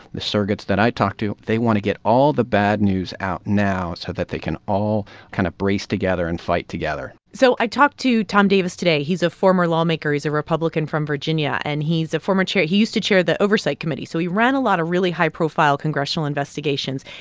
the surrogates that i talked to, they want to get all the bad news out now so that they can all kind of brace together and fight together so i talked to tom davis today. he's a former lawmaker. he's a republican from virginia. and he's a former chair he used to chair the oversight committee, so he ran a lot of really high-profile congressional investigations.